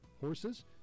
horses